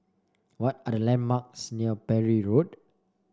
what are the landmarks near Parry Road